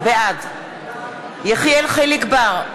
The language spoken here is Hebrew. בעד יחיאל חיליק בר,